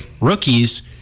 rookies